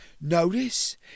Notice